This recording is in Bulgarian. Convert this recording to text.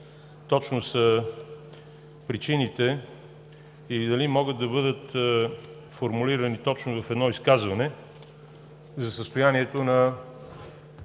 точно са причините – и дали могат да бъдат формулирани в едно изказване – за състоянието и